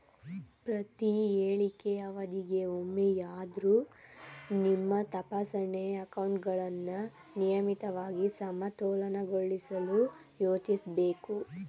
ಪ್ರತಿಹೇಳಿಕೆ ಅವಧಿಗೆ ಒಮ್ಮೆಯಾದ್ರೂ ನಿಮ್ಮ ತಪಾಸಣೆ ಅಕೌಂಟ್ಗಳನ್ನ ನಿಯಮಿತವಾಗಿ ಸಮತೋಲನಗೊಳಿಸಲು ಯೋಚಿಸ್ಬೇಕು